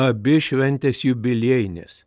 abi šventės jubiliejinės